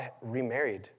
remarried